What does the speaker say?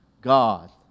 God